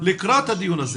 לקראת הדיון הזה